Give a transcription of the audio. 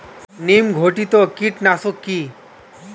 নিম ঘটিত কীটনাশক কি?